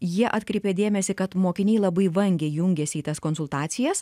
jie atkreipė dėmesį kad mokiniai labai vangiai jungiasi į tas konsultacijas